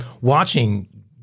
watching